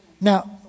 Now